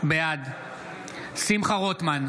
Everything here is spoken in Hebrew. בעד שמחה רוטמן,